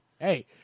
Hey